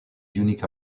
unique